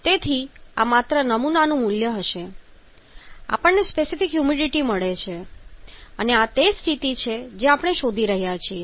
તેથી આ માત્ર નમૂનાનું મૂલ્ય હશે તેથી આપણને સ્પેસિફિક હ્યુમિડિટી મળે છે અને આ તે સ્થિતિ છે જે આપણે શોધી રહ્યા છીએ